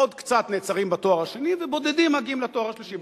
עוד קצת נעצרים בתואר השני ובודדים מגיעים לתואר השלישי.